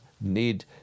need